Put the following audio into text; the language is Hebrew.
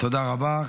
תודה רבה.